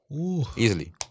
Easily